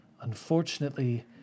Unfortunately